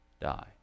die